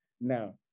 Now